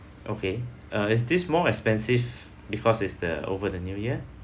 okay err is this more expensive because it's the over the new year